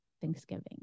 Thanksgiving